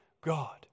God